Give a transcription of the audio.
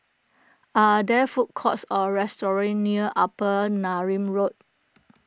are there food courts or restaurants near Upper Neram Road